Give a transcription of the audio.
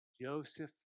Joseph